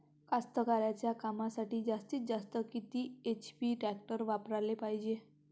कास्तकारीच्या कामासाठी जास्तीत जास्त किती एच.पी टॅक्टर वापराले पायजे?